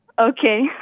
Okay